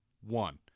one